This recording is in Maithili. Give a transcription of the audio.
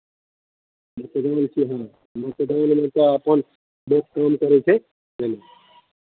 मतदान छियै मतदानमे तऽ अपन भोट काम करै छै ह्म्म